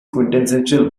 quintessential